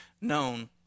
known